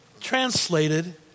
translated